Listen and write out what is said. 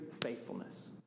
faithfulness